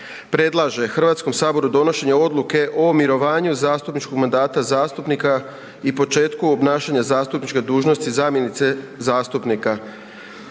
predlaže Hrvatskom saboru donošenje odluke o mirovanju zastupničkog mandata zastupnika i početku obnašanja zastupničke dužnosti zamjenice zastupnika.